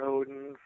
Odin